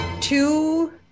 Two